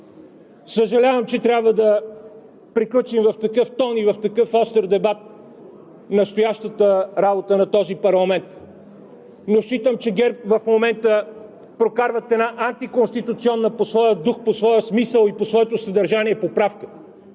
Съжалявам, че трябва да приключим в такъв тон и в такъв остър дебат настоящата работа на този парламент, но считам, че ГЕРБ в момента прокарват една антиконституционна по своя дух, по своя смисъл и по своето съдържание поправка!